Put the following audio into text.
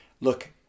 Look